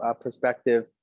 perspective